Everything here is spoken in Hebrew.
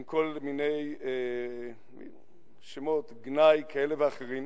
עם כל מיני שמות גנאי כאלה ואחרים.